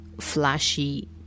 flashy